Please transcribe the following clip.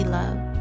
love